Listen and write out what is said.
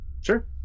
Sure